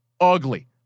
ugly